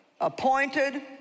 appointed